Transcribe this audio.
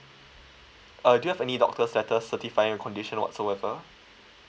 uh do you have any doctor's letter certifying your condition or whatsoever